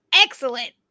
Excellent